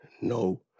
no